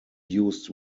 used